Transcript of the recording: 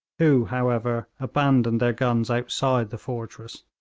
who, however, abandoned their guns outside the fortress.